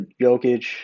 Jokic